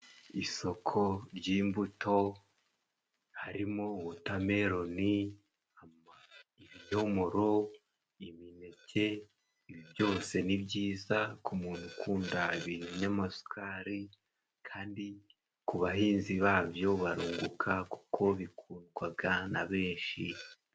Isoko ry'imbuto harimo wotameloni, amanyomoro, imineke byose ni byiza ku muntu ukunda ibinyamasukari. Kandi ku bahinzi babyo barunguka kuko bikundwaga na benshi.